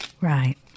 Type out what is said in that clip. Right